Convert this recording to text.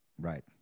Right